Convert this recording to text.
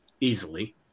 easily